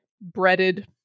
breaded